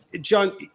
John